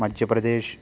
Madhya Pradesh